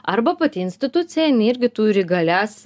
arba pati institucija jinai irgi turi galias